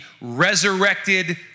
resurrected